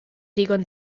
ddigon